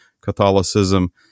Catholicism